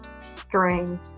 string